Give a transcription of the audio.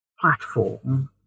platform